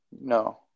No